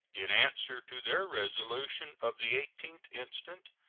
in answer to their resolution of the eighth instant,